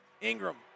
Ingram